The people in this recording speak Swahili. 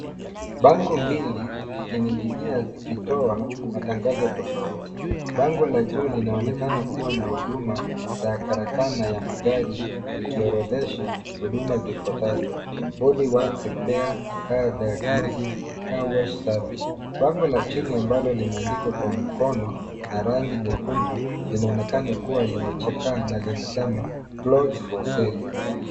Bango mbili zikining'inia zikitoa matangazo tofauti. Bango la juu linaonekana kuwa na huduma za karakana ya magari likiorodhesha huduma zifuatazo body works, repair, car diagnosis, carwash service. Bango la chini ambalo limeandikwa kwa mkono na rangi nyekundu linaonekana kuwa limechakaa na linasema plots for sale .